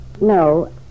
No